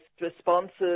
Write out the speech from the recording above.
responses